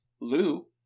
Lou